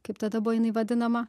kaip tada buvo jinai vadinama